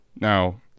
now